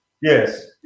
Yes